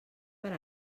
per